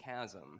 chasm